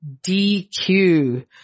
DQ